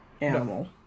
animal